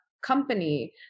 company